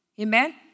Amen